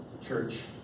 church